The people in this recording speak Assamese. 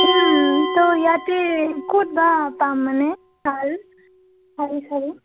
ত' ইয়াতে ক'ত বা পাম মানে ভাল শাৰী চাৰি